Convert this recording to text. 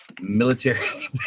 military